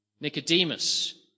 Nicodemus